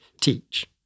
teach